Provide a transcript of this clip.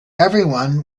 everyone